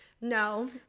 no